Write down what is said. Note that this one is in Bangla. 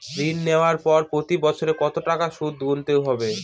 ঋণ নেওয়ার পরে প্রতি বছর কত টাকা সুদ গুনতে হবে?